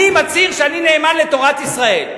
אני מצהיר שאני נאמן לתורת ישראל.